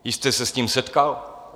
Vy jste se s tím setkal?